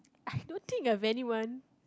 I don't think I have anyone